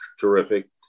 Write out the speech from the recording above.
terrific